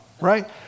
right